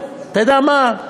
אתה יודע מה?